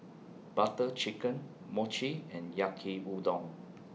Butter Chicken Mochi and Yaki Udon